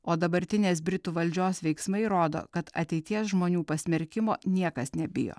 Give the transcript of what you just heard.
o dabartinės britų valdžios veiksmai rodo kad ateities žmonių pasmerkimo niekas nebijo